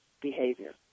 behavior